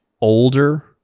older